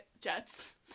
Jets